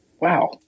wow